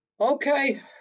Okay